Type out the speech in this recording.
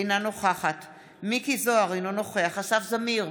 אינה נוכחת מכלוף מיקי זוהר, אינו נוכח אסף זמיר,